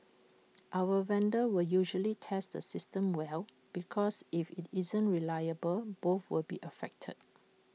our vendors will usually test the systems well because if IT isn't reliable both will be affected